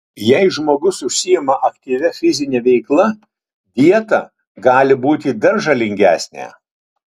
jei žmogus užsiima aktyvia fizine veikla dieta gali būti dar žalingesnė